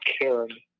Karen